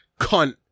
cunt